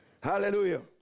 Hallelujah